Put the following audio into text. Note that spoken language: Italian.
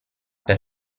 per